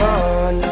on